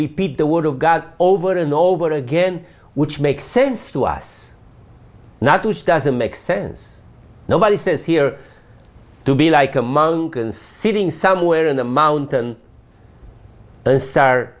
repeat the word of god over and over again which makes sense to us now to start to make sense nobody says here to be like a monk sitting somewhere in the mountain star